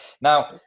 Now